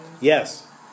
Yes